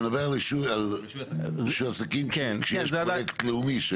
אתה מדבר על רישוי עסקים כשיש פרויקט לאומי?